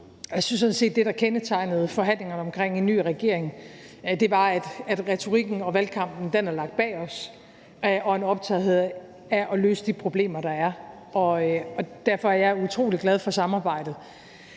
det, der kendetegnede forhandlingerne omkring en ny regering var, at retorikken og valgkampen var lagt bag os, og at der var en optagethed af at løse de problemer, der er. Og derfor er jeg utrolig glad for samarbejdet.